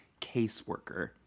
caseworker